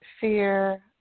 fear